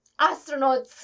astronauts